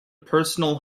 personal